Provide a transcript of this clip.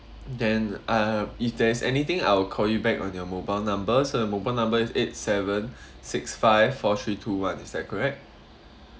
then uh if there's anything I will call you back on your mobile number so your mobile number is eight seven six five four three two one is that correct